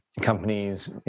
Companies